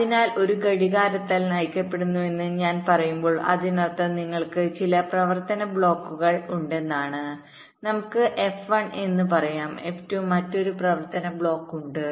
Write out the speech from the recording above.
അതിനാൽ ഒരു ഘടികാരത്താൽ നയിക്കപ്പെടുന്നുവെന്ന് ഞാൻ പറയുമ്പോൾ അതിനർത്ഥം നിങ്ങൾക്ക് ചില പ്രവർത്തന ബ്ലോക്കുകൾ ഉണ്ടെന്നാണ് നമുക്ക് F1 എന്ന് പറയാം F2 മറ്റൊരു പ്രവർത്തന ബ്ലോക്ക് ഉണ്ട്